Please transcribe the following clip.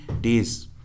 days